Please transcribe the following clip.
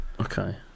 Okay